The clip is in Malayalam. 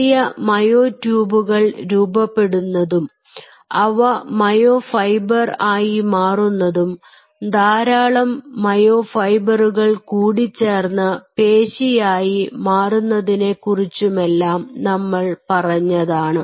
ചെറിയ മയോ ട്യൂബുകൾ രൂപപ്പെടുന്നതും അവ മയോ ഫൈബർ ആയി മാറുന്നതും ധാരാളം മയോ ഫൈബറുകൾ കൂടിച്ചേർന്ന് പേശിയായി മാറുന്നതിനെ കുറിച്ചുമെല്ലാം നമ്മൾ പറഞ്ഞതാണ്